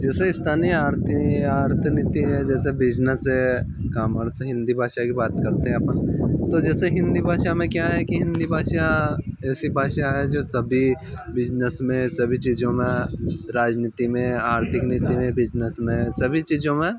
जैसे स्थानीय अर्थ या अर्थनीति है जैसे बिजनेस है कॉमर्स हिंदी भाषा की बात करते हैं अपन तो जैसे हिंदी भाषा में क्या है कि हिंदी भाषा ऐसी भाषा है जो सभी बिजनेस में सभी चीज़ों में राजनीति में आर्थिक नीति में बिजनेस में सभी चीज़ों में